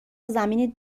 زمین